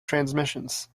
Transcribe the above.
transmissions